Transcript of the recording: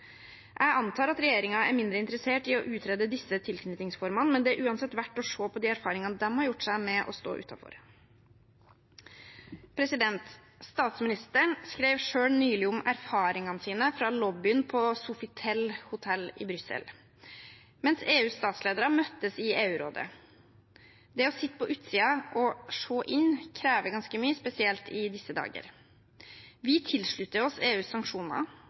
Jeg antar at regjeringen er mindre interessert i å utrede disse tilknytningsformene, men det er uansett verdt å se på de erfaringene de har gjort seg med å stå utenfor. Statsministeren skrev selv nylig om erfaringene sine fra lobbyen på Sofitel hotell i Brussel mens EUs statsledere møttes i EU-rådet. Det å sitte på utsiden og se inn krever ganske mye, spesielt i disse dager. Vi slutter oss til EUs sanksjoner,